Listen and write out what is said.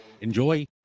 Enjoy